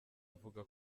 avuga